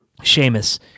Seamus